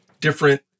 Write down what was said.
different